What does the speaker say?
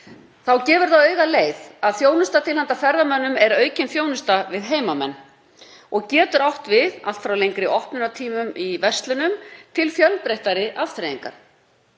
Þá gefur það augaleið að þjónusta til handa ferðamönnum er aukin þjónusta við heimamenn og getur átt við allt frá lengri opnunartímum í verslunum til fjölbreyttari afþreyingar.